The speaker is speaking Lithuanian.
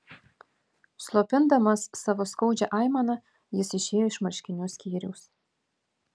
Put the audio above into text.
slopindamas savo skaudžią aimaną jis išėjo iš marškinių skyriaus